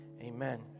Amen